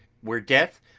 were death,